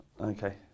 Okay